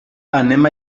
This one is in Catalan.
anem